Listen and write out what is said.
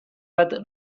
bat